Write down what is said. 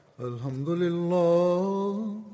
Alhamdulillah